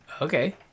Okay